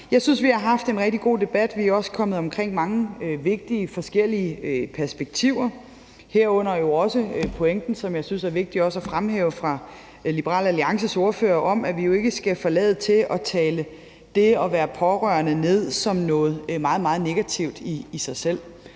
Jeg synes, vi har haft en rigtig god debat, og vi er også kommet omkring mange vigtige forskellige perspektiver, herunder også pointen, som jeg også synes er vigtig at fremhæve fra Liberal Alliances ordfører, om, at vi jo ikke skal tale det at være pårørende ned som noget meget, meget negativt i sig selv.